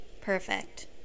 Perfect